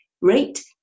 rate